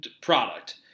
product